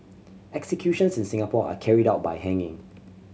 executions in Singapore are carried out by hanging